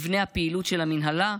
מבנה הפעילות של המינהלה,